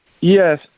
Yes